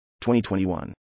2021